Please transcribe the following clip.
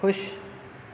खु़शि